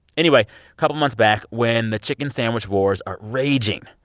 anyway, a couple months back, when the chicken sandwich wars are raging,